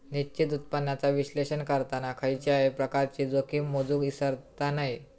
निश्चित उत्पन्नाचा विश्लेषण करताना खयच्याय प्रकारची जोखीम मोजुक इसरता नये